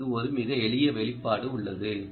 அதற்கு ஒரு மிக எளிய வெளிப்பாடு உள்ளது